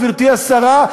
גברתי השרה,